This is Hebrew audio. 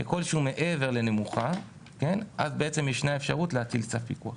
ככל שהוא מעבר לנמוכה יש אפשרות להטיל צו פיקוח.